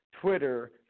Twitter